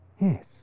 Yes